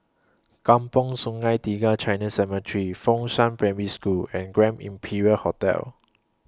Kampong Sungai Tiga Chinese Cemetery Fengshan Primary School and Grand Imperial Hotel